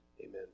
Amen